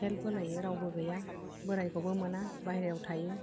help होलायो रावबो गैया बोरायखौबो मोना बाहेरायाव थायो